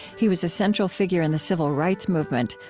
he was a central figure in the civil rights movement,